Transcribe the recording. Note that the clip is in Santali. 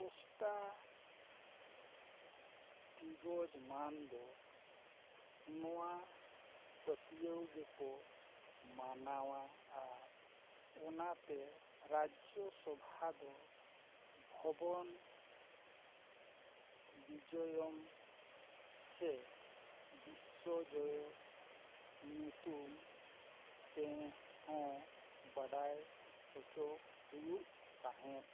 ᱚᱥᱴᱟᱫᱤᱜᱽᱜᱚᱡᱽ ᱢᱟᱹᱱᱫᱚ ᱱᱚᱣᱟ ᱯᱟᱹᱛᱭᱟᱹᱣ ᱜᱮᱠᱚ ᱢᱟᱱᱟᱣᱟ ᱟᱨ ᱚᱱᱟᱛᱮ ᱨᱟᱡᱽᱡᱚ ᱥᱚᱵᱷᱟ ᱫᱚ ᱵᱷᱚᱵᱚᱱ ᱵᱤᱡᱚᱭᱚᱢ ᱥᱮ ᱵᱤᱥᱥᱚ ᱡᱚᱭᱚ ᱧᱩᱛᱩᱢ ᱛᱮᱦᱚᱸ ᱵᱟᱰᱟᱭ ᱦᱚᱪᱚ ᱦᱩᱭᱩᱜ ᱛᱟᱦᱮᱸᱫ